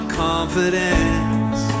confidence